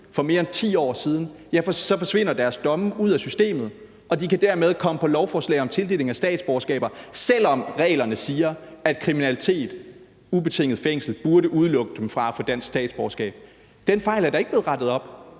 for mere end 10 år siden, så forsvinder deres domme ud af systemet, og de kan dermed komme på lovforslag om tildeling af statsborgerskaber, selv om reglerne siger, at kriminalitet og en ubetinget fængselsdom burde udelukke dem fra at få dansk statsborgerskab. Den fejl er da ikke blevet rettet op.